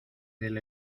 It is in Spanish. del